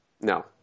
No